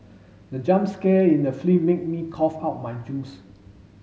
the jump scare in the film made me cough out my juice